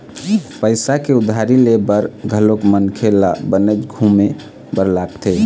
पइसा के उधारी ले बर घलोक मनखे ल बनेच घुमे बर लगथे